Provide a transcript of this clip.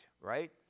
right